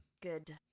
good